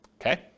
okay